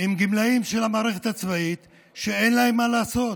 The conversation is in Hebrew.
עם גמלאים של המערכת הצבאית שאין להם מה לעשות,